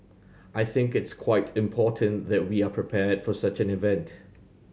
I think it's quite important that we are prepared for such an event